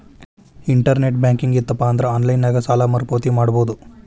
internet banking ಇತ್ತಪಂದ್ರಾ online ನ್ಯಾಗ ಸಾಲ ಮರುಪಾವತಿ ಮಾಡಬೋದು